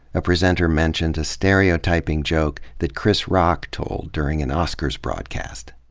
a presenter mentioned a stereotyping joke that chris rock told during an oscars broadcast.